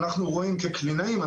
כקלינאים,